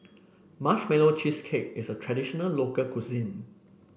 Marshmallow Cheesecake is a traditional local cuisine